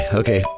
okay